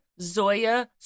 Zoya